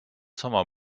sama